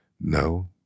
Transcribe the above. No